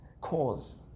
cause